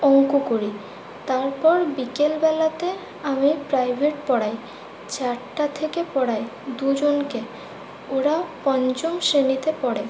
অঙ্ক করি তারপর বিকেলবেলাতে আমি প্রাইভেট পড়াই চারটে থেকে পড়াই দুজনকে ওরা পঞ্চম শ্রেণীতে পড়ে